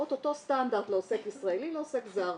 את אותו סטנדרט לעוסק ישראלי ולעוסק זר.